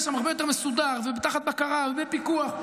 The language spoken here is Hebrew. שם הרבה יותר מסודר ותחת בקרה ופיקוח.